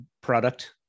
product